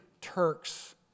Turks